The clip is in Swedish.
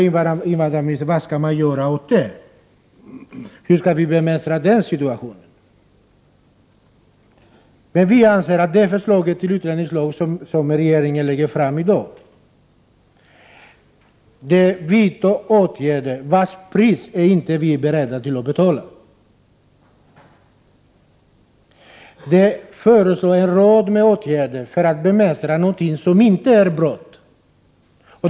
Invandrarministern frågade hur vi skall bemästra den situationen. Det förslag till utlänningslag som regeringen i dag lägger fram innebär att man vidtar åtgärder, vilkas pris vi inte är beredda att betala. Man föreslår en rad åtgärder för att bemästra någonting som inte är brottsligt.